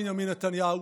ביבי נתניהו,